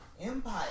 Empire